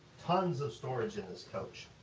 tons of storage in this coach.